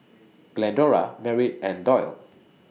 Glendora Merritt and Dollye